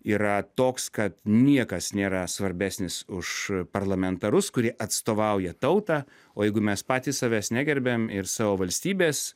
yra toks kad niekas nėra svarbesnis už parlamentarus kurie atstovauja tautą o jeigu mes patys savęs negerbiam ir savo valstybės